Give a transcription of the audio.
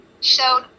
showed